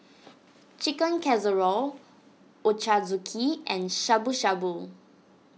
Chicken Casserole Ochazuke and Shabu Shabu